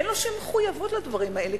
אין לו שום מחויבות לדברים האלה,